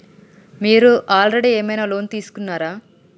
మీరు ఆల్రెడీ ఏమైనా లోన్ తీసుకున్నారా?